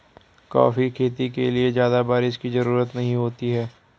coffee खेती के लिए ज्यादा बाऱिश की जरूरत नहीं होती है